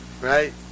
right